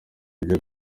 ibyo